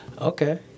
Okay